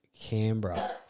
Canberra